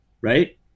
right